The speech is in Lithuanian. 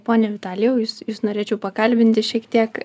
pone vitalijau jus jus norėčiau pakalbinti šiek tiek